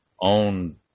own